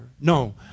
no